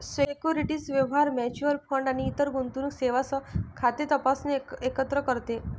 securities व्यवहार, mutual fund आणि इतर गुंतवणूक सेवांसह खाते तपासणे एकत्र करते